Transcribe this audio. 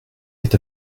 est